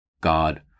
God